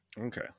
Okay